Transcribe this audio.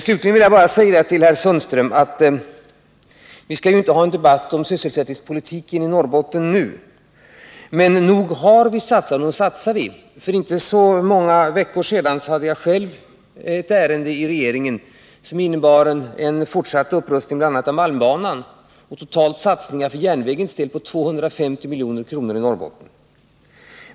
Slutligen vill jag bara säga till herr Sundström: Vi skall inte ha en debatt om sysselsättningspolitiken i Norrbotten nu, men nog har det satsats och nog satsar vi. För inte så många veckor sedan hade jag själv ett ärende i regeringen, som innebar en fortsatt upprustning bl.a. av malmbanan och en total satsning för järnvägens del på 250 milj.kr. i Norrbotten.